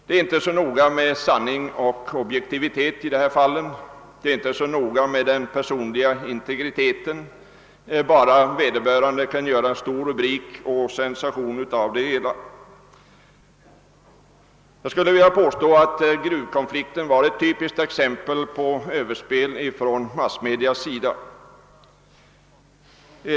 Det är inte så noga med sanning och objektivitet, det är inte så noga med den personliga integriteten bara det går att få fram en stor rubrik och det hela blir sensation. Jag skulle vilja påstå att gruvkonflikten var ett typiskt exempel på överspel från massmedias sida.